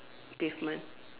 pavement